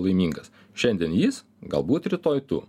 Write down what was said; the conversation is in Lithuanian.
laimingas šiandien jis galbūt rytoj tu